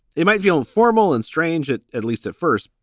it might feel formal and strange. it at least at first,